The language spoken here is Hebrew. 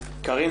שלום לכולם,